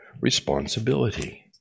responsibility